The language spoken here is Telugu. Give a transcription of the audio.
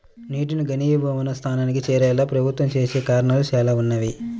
నీటిని ఘనీభవన స్థానానికి చేరేలా ప్రభావితం చేసే కారణాలు చాలా ఉన్నాయి